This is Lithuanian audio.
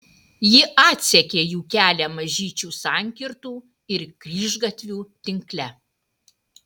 ji atsekė jų kelią mažyčių sankirtų ir kryžgatvių tinkle